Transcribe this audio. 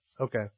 Okay